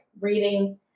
reading